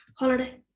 holiday